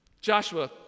Joshua